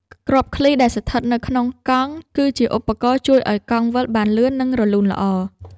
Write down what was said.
គ្រាប់ឃ្លី ដែលស្ថិតនៅក្នុងកង់ គឺជាឧបករណ៍ជួយឱ្យកង់វិលបានលឿន និងរលូនល្អ។